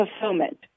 Fulfillment